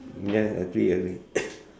ya agree agree